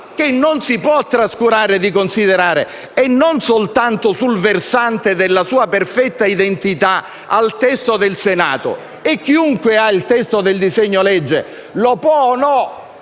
che non si può trascurare di considerare, non soltanto sul versante della sua perfetta identità al testo del Senato. Chiunque ha il testo del disegno di legge può o meno